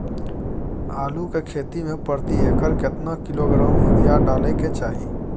आलू के खेती में प्रति एकर केतना किलोग्राम यूरिया डालय के चाही?